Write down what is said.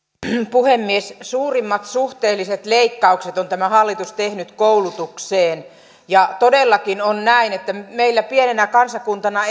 puhemies suurimmat suhteelliset leikkaukset on tämä hallitus tehnyt koulutukseen ja todellakin on näin että meillä pienenä kansakuntana